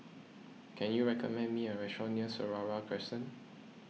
can you recommend me a restaurant near Seraya Crescent